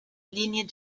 ligne